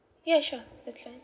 yeah sure that's fine